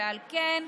ועל כן,